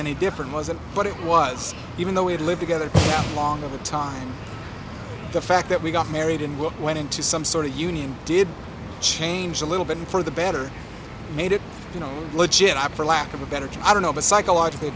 any different wasn't what it was even though it lived together long over time the fact that we got married and what went into some sort of union did change a little bit and for the better made it you know legitimate for lack of a better job i don't know but psychologically